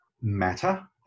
matter